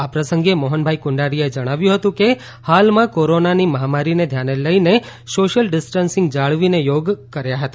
આ પ્રસંગે મોહનભાઈ કુંડારિયાએ જણાયું હતું કે હાલમાં કોરોનાની મહામારીને ધ્યાને લઈને સોસીયલ ડીસ્ટસિંગ જાળવીને યોગ કાર્ય હતા